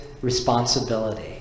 responsibility